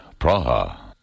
Praha